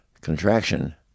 contraction